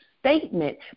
statement